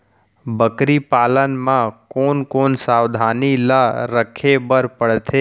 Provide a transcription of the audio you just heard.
बकरी पालन म कोन कोन सावधानी ल रखे बर पढ़थे?